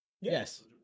Yes